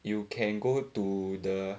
you can go to the